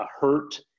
hurt